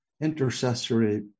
intercessory